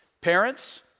Parents